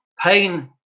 pain